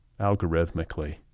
algorithmically